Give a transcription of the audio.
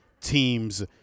teams